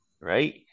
right